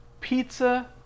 pizza